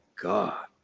God